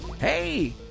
hey